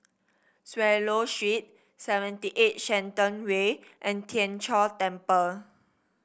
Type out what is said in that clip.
Swallow Street seventy eight Shenton Way and Tien Chor Temple